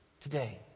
today